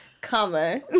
comma